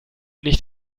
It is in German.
nicht